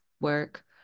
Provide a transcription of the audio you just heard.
work